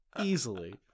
easily